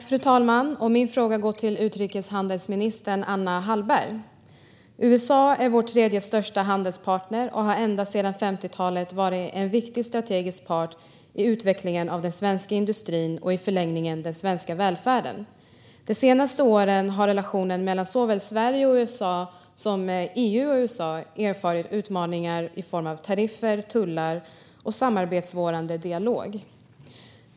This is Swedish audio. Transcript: Fru talman! Min fråga går till utrikeshandelsminister Anna Hallberg. USA är vår tredje största handelspartner och har ända sedan 50-talet varit en viktig strategisk part i utvecklingen av den svenska industrin och i förlängningen den svenska välfärden. De senaste åren har relationen mellan såväl Sverige och USA som EU och USA erfarit utmaningar i form av tariffer, tullar och samarbetsförsvårande dialog.